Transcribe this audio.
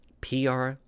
pr